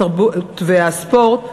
התרבות והספורט,